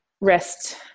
rest